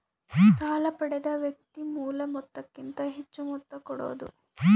ಸಾಲ ಪಡೆದ ವ್ಯಕ್ತಿ ಮೂಲ ಮೊತ್ತಕ್ಕಿಂತ ಹೆಚ್ಹು ಮೊತ್ತ ಕೊಡೋದು